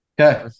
Okay